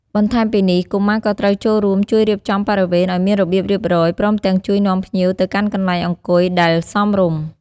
បន្ថែមពីនេះ កុមារក៏ត្រូវចូលរួមជួយរៀបចំបរិវេណឲ្យមានរបៀបរៀបរយ ព្រមទាំងជួយនាំភ្ញៀវទៅកាន់កន្លែងអង្គុយដែលសមរម្យ។